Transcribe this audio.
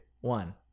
one